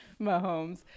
Mahomes